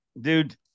dude